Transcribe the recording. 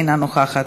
אינה נוכחת,